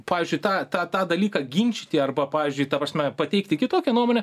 pavyzdžiui tą tą tą dalyką ginčyti arba pavyzdžiui ta prasme pateikti kitokią nuomonę